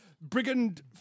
Brigand